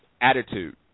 Attitude